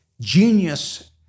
genius